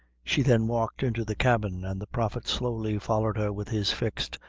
she then walked into the cabin, and the prophet slowly followed her with his fixed,